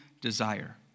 desire